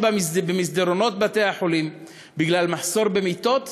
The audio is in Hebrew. במסדרונות בתי-החולים בגלל מחסור במיטות,